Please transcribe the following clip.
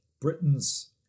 Britain's